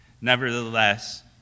Nevertheless